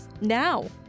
now